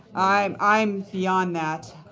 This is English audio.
i'm i'm beyond that.